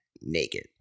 naked